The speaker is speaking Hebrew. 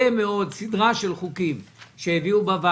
בוועדה המסדרת סדרה של הצעות חוק כדי להביא